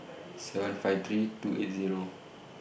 seven five three two eight Zero